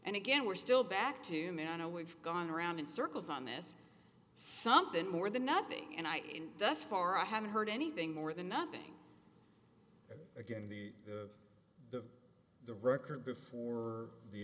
and again we're still back to manno we've gone around in circles on this something more than nothing and i in this far i haven't heard anything more than nothing against the the the record before the